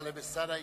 טלב אלסאנע,